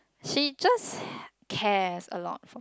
she just cares a lot